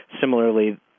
Similarly